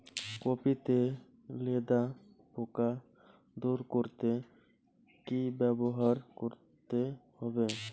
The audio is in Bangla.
কপি তে লেদা পোকা দূর করতে কি ব্যবহার করতে হবে?